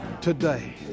today